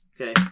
Okay